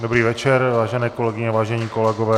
Dobrý večer, vážené kolegyně, vážení kolegové.